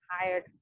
hired